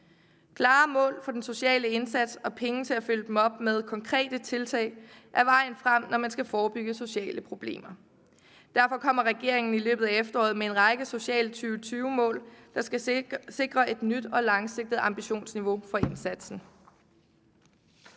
Klare mål for den sociale indsats og penge til at følge dem op med konkrete tiltag er vejen frem, når man skal forebygge sociale problemer. Derfor kommer regeringen i løbet af efteråret med en række sociale 2020-mål, som skal sikre et nyt og langsigtet ambitionsniveau for indsatsen.